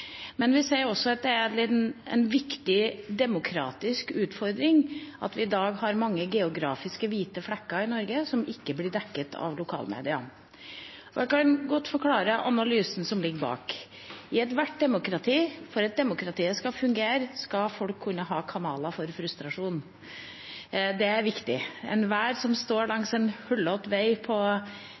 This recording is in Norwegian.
Men vi ser også at det er en viktig demokratisk utfordring at vi i dag har mange geografisk hvite flekker i Norge som ikke blir dekket av lokalmedia. Jeg kan godt forklare analysen som ligger bak. I ethvert demokrati, for at demokratiet skal fungere, skal folk kunne ha kanaler for frustrasjon. Det er viktig. Enhver som står langs en hullete vei, på